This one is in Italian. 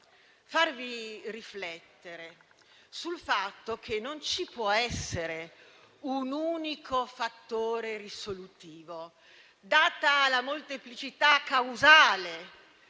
farvi riflettere sul fatto che non ci può essere un unico fattore risolutivo, data la molteplicità causale